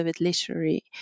Literary